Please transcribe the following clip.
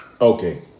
Okay